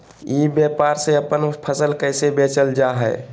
ई व्यापार से अपन फसल कैसे बेचल जा हाय?